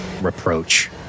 reproach